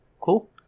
Cool